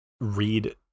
read